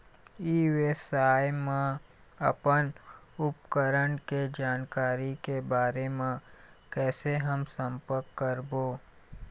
ई व्यवसाय मा अपन उपकरण के जानकारी के बारे मा कैसे हम संपर्क करवो?